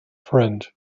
friend